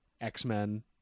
X-Men